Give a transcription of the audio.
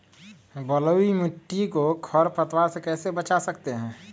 बलुई मिट्टी को खर पतवार से कैसे बच्चा सकते हैँ?